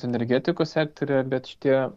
energetikos sektoriuje bet šitie